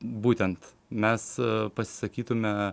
būtent mes pasisakytume